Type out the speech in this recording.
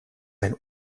ein